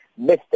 Mr